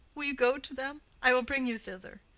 will you go to them? i will bring you thither.